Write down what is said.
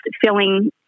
feeling